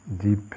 deep